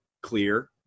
clear